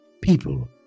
People